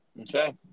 Okay